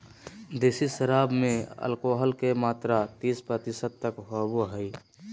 देसी शराब में एल्कोहल के मात्रा तीस प्रतिशत तक होबो हइ